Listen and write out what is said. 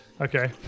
okay